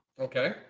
Okay